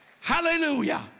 Hallelujah